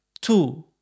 two